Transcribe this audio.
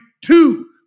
two